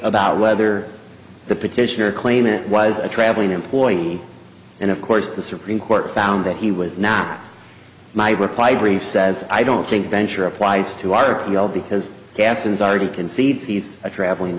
about whether the petitioner claim it was a travelling employee and of course the supreme court found that he was not my reply brief says i don't think venture applies to our appeal because gas is already concedes he's a traveling